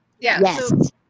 yes